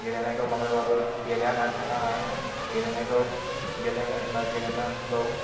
गेलेनायखौ माब्लाबाबो गेलेया होननानै थानो नाङा गेलेनायखौ गेलेनांगौ